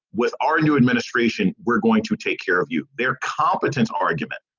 with our new administration, we're going to take care of you. their competence argument.